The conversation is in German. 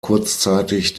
kurzzeitig